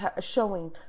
showing